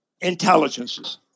intelligences